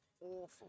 awful